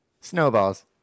Snowballs